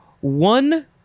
One